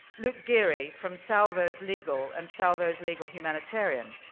luke geary from salvos legal and salvos legal humanitarian,